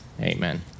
Amen